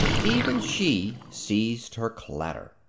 even she ceased her clatter.